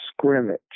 scrimmage